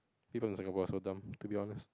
people in Singapore are so dumb to be honest